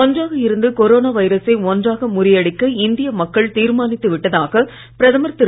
ஒன்றாக இருந்து கொரோனா வைரசை ஒன்றாக முறியடிக்க இந்திய மக்கள் தீர்மானித்து விட்டதாக பிரதமர் திரு